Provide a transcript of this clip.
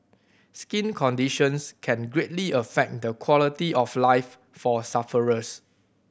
skin conditions can greatly affect the quality of life for sufferers